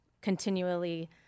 continually